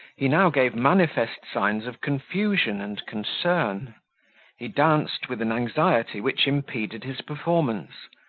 he now gave manifest signs of confusion and concern he danced with an anxiety which impeded his performance,